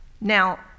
Now